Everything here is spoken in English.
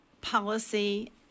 policy